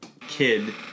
kid